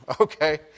Okay